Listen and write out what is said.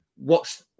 watch